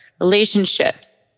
relationships